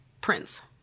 Prince